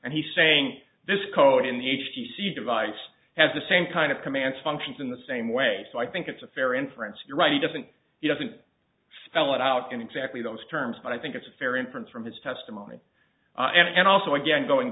and he's saying this code in the h d c device has the same kind of command functions in the same way so i think it's a fair inference you're right he doesn't he doesn't spell it out in exactly those terms but i think it's a fair inference from his testimony and also again going